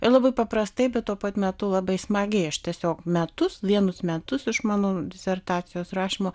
labai paprastai bet tuo pat metu labai smagiai aš tiesiog metus vienus metus iš mano disertacijos rašymo